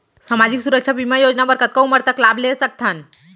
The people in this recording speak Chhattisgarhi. सामाजिक सुरक्षा बीमा योजना बर कतका उमर तक लाभ ले सकथन?